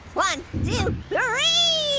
one, two, three,